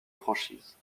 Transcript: franchise